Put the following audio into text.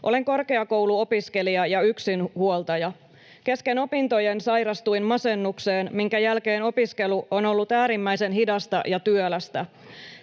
Olen korkeakouluopiskelija ja yksinhuoltaja. Kesken opintojen sairastuin masennukseen, minkä jälkeen opiskelu on ollut äärimmäisen hidasta ja työlästä.